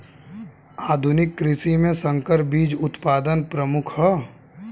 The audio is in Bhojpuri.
आधुनिक कृषि में संकर बीज उत्पादन प्रमुख ह